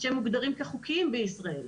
שהם מוסדרים כחוקיים בישראל.